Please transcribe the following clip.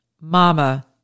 mama